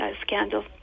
scandal